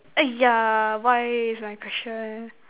!aiya! why is my question